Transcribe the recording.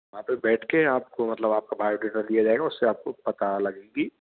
वहाँ पर बैठ कर आपको मतलब आपका बायोडेटा दिया जाएगा उससे आपको पता लगेगा कि